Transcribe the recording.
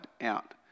out